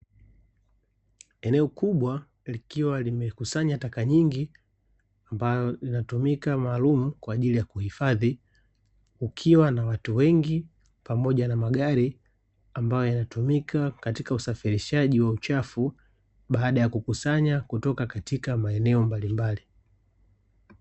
Eneo kubwa likiwa limekusanya taka nyingi, ambalo linatumika maalumu kwa ajili ya kuhifadhi, kukiwa na watu wengi pamoja na magari, ambayo yanatumika katika usafirishaji wa uchafu baada ya kukusanya kutoka katika maeneo mbalimbali.